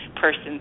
person